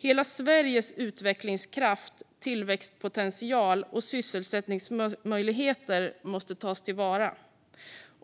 Hela Sveriges utvecklingskraft, tillväxtpotential och sysselsättningsmöjligheter måste tas till vara.